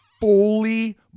fully